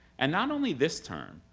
and not only this term,